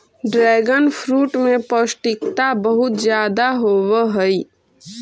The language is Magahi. ड्रैगनफ्रूट में पौष्टिकता बहुत ज्यादा होवऽ हइ